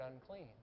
unclean